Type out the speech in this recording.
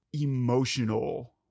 emotional